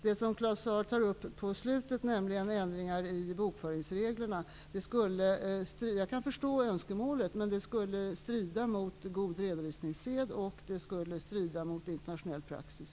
Claus Zaar tar slutligen upp ändringar i bokföringsreglerna. Jag kan förstå önskemålet, men det skulle strida mot god redovisningssed och mot internationell praxis.